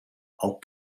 auch